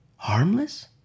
Harmless